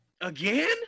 Again